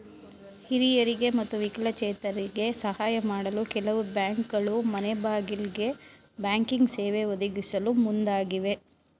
ಹಿರಿಯರಿಗೆ ಮತ್ತು ವಿಕಲಚೇತರಿಗೆ ಸಾಹಯ ಮಾಡಲು ಕೆಲವು ಬ್ಯಾಂಕ್ಗಳು ಮನೆಗ್ಬಾಗಿಲಿಗೆ ಬ್ಯಾಂಕಿಂಗ್ ಸೇವೆ ಒದಗಿಸಲು ಮುಂದಾಗಿವೆ